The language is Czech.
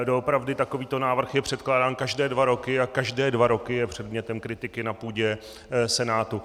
Doopravdy takovýto návrh je předkládán každé dva roky a každé dva roky je předmětem kritiky na půdě Senátu.